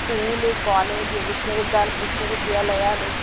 school college విశ్వవిద్యాలయ విశ్వవిద్యాలయాలు